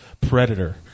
Predator